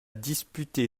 disputé